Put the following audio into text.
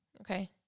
Okay